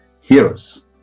heroes